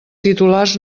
titulars